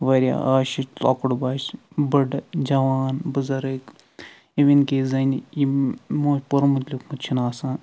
واریاہ آز چھِ لۄکُٹ بچہٕ جوان بزرگ اِوِن کہِ زنہِ یمو پوٚرمُت چھُ نہٕ آسان